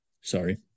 Sorry